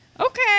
Okay